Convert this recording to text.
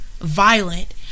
violent